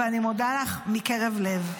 ואני מודה לך מקרב לב.